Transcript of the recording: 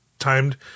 timed